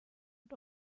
und